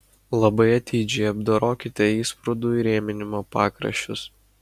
labai atidžiai apdorokite įsprūdų įrėminimo pakraščius